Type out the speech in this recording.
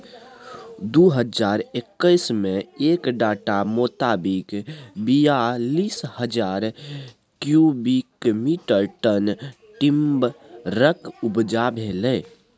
दु हजार एक्कैस मे एक डाटा मोताबिक बीयालीस हजार क्युबिक मीटर टन टिंबरक उपजा भेलै